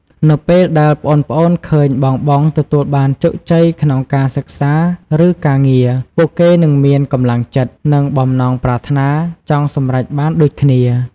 នៅពេលដែលប្អូនៗឃើញបងៗទទួលបានជោគជ័យក្នុងការសិក្សា ឬការងារ ពួកគេនឹងមាន កម្លាំងចិត្ត និងបំណងប្រាថ្នាចង់សម្រេចបានដូចគ្នា ។